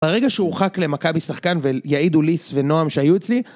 ברגע שהורחק למכבי שחקן ויעידו ליס ונועם שהיו אצלי